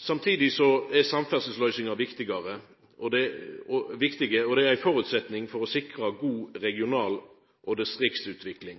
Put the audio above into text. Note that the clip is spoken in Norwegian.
Samtidig er samferdselsløysingar viktige og ein føresetnad for å sikra god regional distriktsutvikling. Vi er